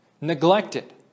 neglected